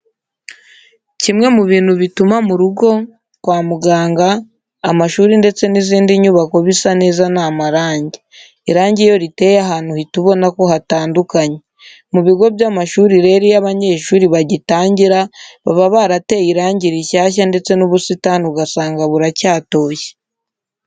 Kimwe mu bintu bituma mu rugo, kwa muganga, amashuri ndetse n'izindi nyubako bisa neza ni amarange. Irange iyo riteye ahantu uhita ubona ko hatandukanye. Mu bigo by'amashuri rero iyo abanyeshuri bagitangira, baba barateye irangi rishyashya ndetse n'ubusitani ugasanga buracyatoshye.